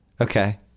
Okay